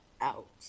out